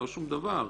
לא שום דבר.